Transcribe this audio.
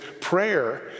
prayer